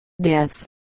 deaths